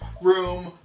room